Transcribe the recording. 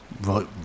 right